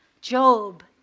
Job